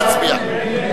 נא להצביע.